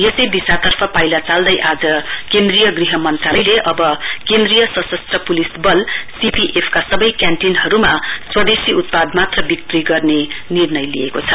यसै दिशातर्फ पाइला चाल्दै केन्द्रीय गृह मन्त्रालयले अव केन्द्रीय सशस्त्र पुलिस वल सीएपी एफ का सबै क्यान्टिनहरुमा स्वदेशी उत्पाद मात्र बिक्री गर्ने निर्णय लिएको छ